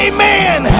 Amen